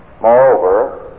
Moreover